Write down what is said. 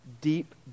deep